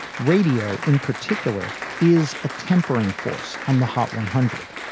radio in particular is a tempering force on the hot one hundred.